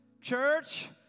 Church